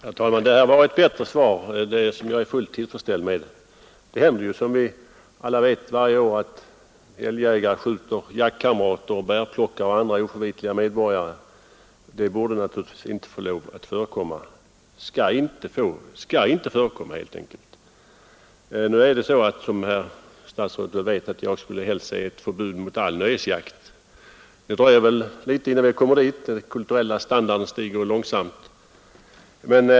Herr talman! Detta var ett bättre svar, som jag är fullt tillfredsställd med, Det händer, som alla vet, varje år att älgjägare skjuter jaktkamrater, bärplockare och andra oförvitliga medborgare. Det borde inte få förekomma, det skall helt enkelt inte förekomma, Som herr statsrådet vet skulle jag helst se ett förbud mot all nöjesjakt. Det dröjer väl innan vi kommer så långt — den kulturella standarden stiger ju långsamt.